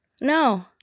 No